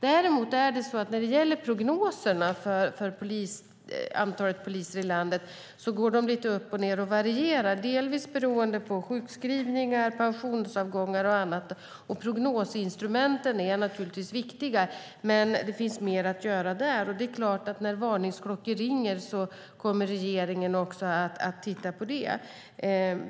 Däremot när det gäller prognoserna för antalet poliser i landet går de lite upp och ned och varierar, delvis beroende på sjukskrivningar, pensionsavgångar och annat. Prognosinstrumenten är naturligtvis viktiga, men det finns mer att göra där. Det är klart att när varningsklockor ringer kommer regeringen att se över det.